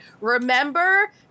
remember